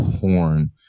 porn